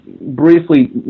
briefly